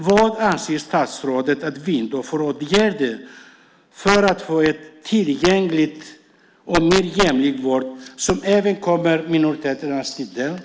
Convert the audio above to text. Vad avser statsrådet att vidta för åtgärder för att få en tillgänglig och mer jämlik vård som även kommer minoriteterna till del?